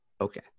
okay